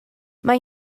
mae